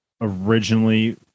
originally